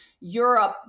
Europe